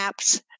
apps